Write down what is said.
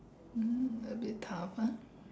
um a bit tough ah